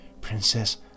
Princess